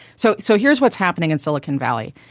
so so here's what's happening in silicon valley.